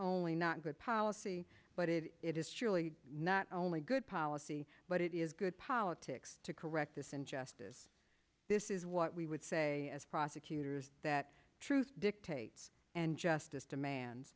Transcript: only not good policy but it it is surely not only good policy but it is good politics to correct this injustice this is what we would say as prosecutors that truth dictates and justice demands